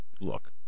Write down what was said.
look